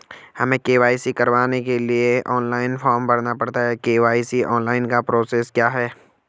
हमें के.वाई.सी कराने के लिए क्या ऑनलाइन फॉर्म भरना पड़ता है के.वाई.सी ऑनलाइन का प्रोसेस क्या है?